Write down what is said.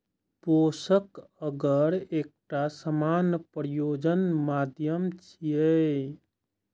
पोषक अगर एकटा सामान्य प्रयोजन माध्यम छियै